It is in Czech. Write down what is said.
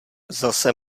zase